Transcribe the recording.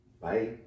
Bye